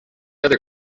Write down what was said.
other